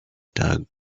doug